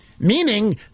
Meaning